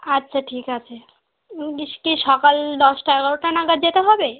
আচ্ছা ঠিক আছে সকাল দশটা এগারোটা নাগাদ যেতে হবে